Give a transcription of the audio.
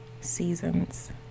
seasons